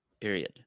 period